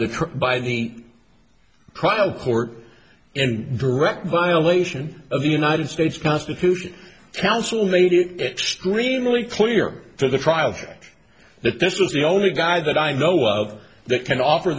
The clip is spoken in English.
the by the trial court in direct violation of the united states constitution council meeting extremely clear for the trial of that this is the only guy that i know of that can offer